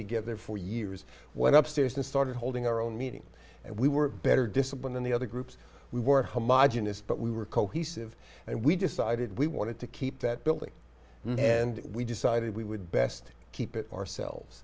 together for years went up stairs and started holding our own meeting and we were better discipline than the other groups we were homogenised but we were cohesive and we decided we wanted to keep that building and we decided we would best keep it ourselves